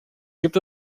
gibt